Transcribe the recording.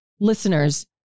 listeners